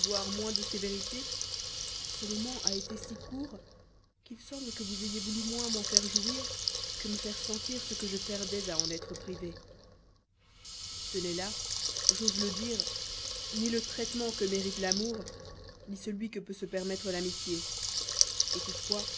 voir moins de sévérité ce moment a été si court qu'il semble que vous ayez moins voulu m'en faire jouir que me faire sentir ce que je perdais à en être privé ce n'est là j'ose le dire ni le traitement que mérite l'amour ni celui que peut se permettre l'amitié toutefois